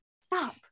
stop